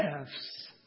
F's